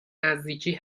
نزدیکی